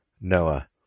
Noah